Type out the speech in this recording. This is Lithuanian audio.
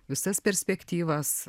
visas perspektyvas